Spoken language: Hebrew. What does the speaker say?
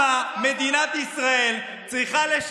תשאל את, אם ראש הממשלה יכול,